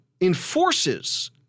enforces